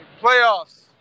Playoffs